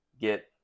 get